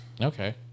Okay